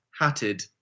hatted